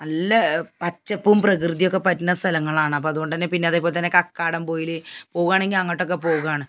നല്ല പച്ചപ്പും പ്രകൃതിയൊക്കെ പറ്റുന്ന സലങ്ങളാണ് അപ്പം അതുകൊണ്ടു തന്നെ പിന്നെ അതെപോലെതന്നെ കക്കാടം പുഴയിൽ പോകുവാണെങ്കിൽ അങ്ങോട്ടൊക്കെ പോകാണ്